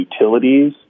utilities